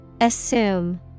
Assume